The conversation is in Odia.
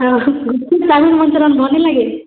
ଗୁପ୍ଚୁପ୍ ଚାଓମିନ୍ ଭଲ ନାଇଁ ଲାଗେ